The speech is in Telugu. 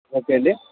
ఓకే అండి